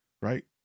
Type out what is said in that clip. right